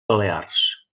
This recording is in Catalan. balears